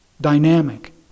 dynamic